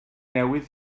newydd